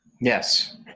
Yes